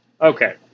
Okay